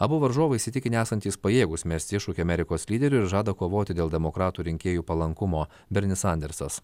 abu varžovai įsitikinę esantys pajėgūs mesti iššūkį amerikos lyderiui ir žada kovoti dėl demokratų rinkėjų palankumo bernis sandersas